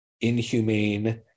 inhumane